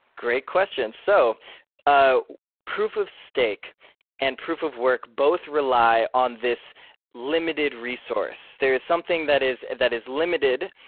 great questions. so ah proof of steak and proof of work both rely on this limited resource. there is something that is that is limited,